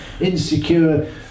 insecure